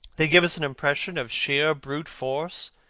they give us an impression of sheer brute force,